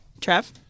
Trev